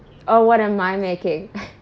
oh what am I making